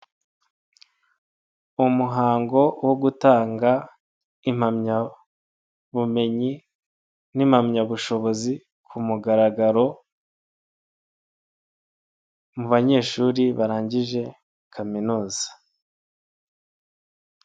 Imbaga y'abanyeshuri bicaye hamwe bakaba bari mu muhango wo gutanga impamyabumenyi n'impamyabushobozi ku mugaragaro mu banyeshuri barangije kaminuza.